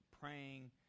praying